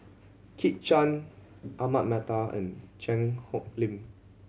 Kit Chan Ahmad Mattar and Cheang Hong Lim